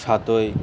সাতই